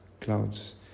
clouds